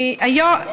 תראה,